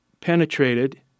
penetrated